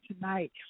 tonight